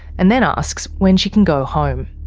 and then asks when she can go home.